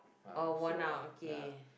or one hour okay